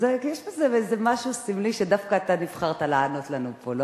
יש בזה איזה משהו סמלי שדווקא אתה נבחרת לענות לנו פה,